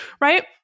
right